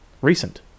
recent